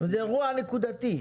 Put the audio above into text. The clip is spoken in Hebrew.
זה אירוע נקודתי.